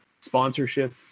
sponsorship